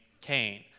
Cain